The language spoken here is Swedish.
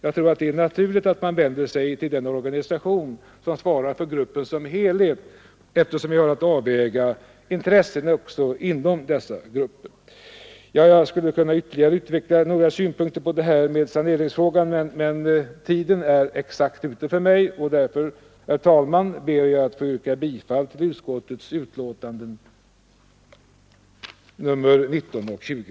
Jag tror att det är naturligt att man vänder sig till den organisation som svarar för gruppen som helhet, eftersom vi har att avväga intressen också inom dessa grupper. Jag skulle kunna utveckla ytterligare synpunkter på saneringsfrågan, men min tid är ute, och därför, herr talman, ber jag att få yrka bifall till utskottets betänkanden nr 19 och 20.